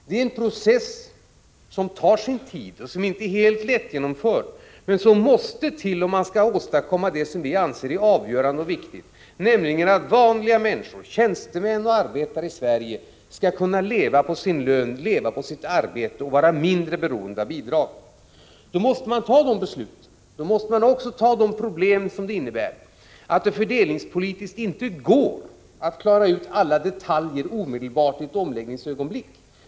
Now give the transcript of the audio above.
Det är en process som tar sin tid och som inte är helt lättgenomförd, men den måste till om vi skall åstadkomma det som vi anser är avgörande, nämligen att vanliga människor, tjänstemän och arbetare, i Sverige skall kunna leva på sin lön, leva på sitt arbete, och vara mindre beroende av bidrag. Då måste vi fatta de nämnda besluten — och också ta de problem som det innebär att det fördelningspolitiskt inte går att i ett omläggningsögonblick omedelbart klara ut alla detaljer.